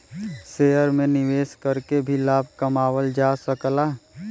share में निवेश करके भी लाभ कमावल जा सकला